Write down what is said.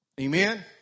Amen